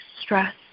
stress